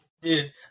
Dude